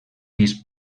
pis